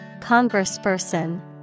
Congressperson